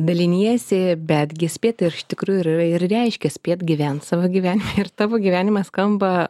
daliniesi betgi spėti iš tikrųjų ir reiškia spėt gyvent savo gyvenimą ir tavo gyvenimas skamba